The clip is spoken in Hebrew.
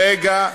רגע.